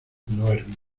duerme